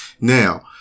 Now